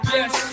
Yes